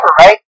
right